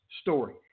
story